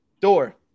door